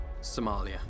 Somalia